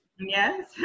Yes